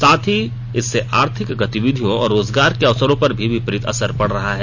साथ ही इससे आर्थिक गतिविधियों और रोजगार के अवसर्रो पर भी विपरीत असर पड रहा है